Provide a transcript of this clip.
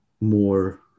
more